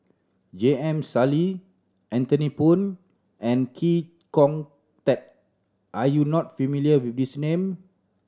J M Sali Anthony Poon and Chee Kong Tet are you not familiar with these name